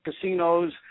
casinos